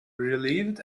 relieved